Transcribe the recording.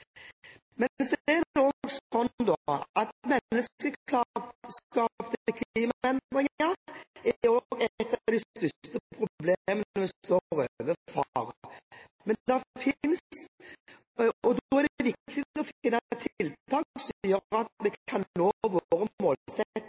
Men så er det slik at menneskeskapte klimaendringer er et av de største problemene vi står overfor. Da er det viktig å finne tiltak som gjør at vi kan nå